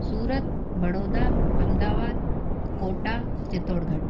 Surat Baroda Ahmedabad Kota Chittorgarh